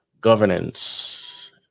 governance